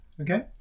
okay